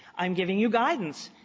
i'm giving you guidance.